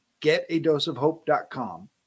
getadoseofhope.com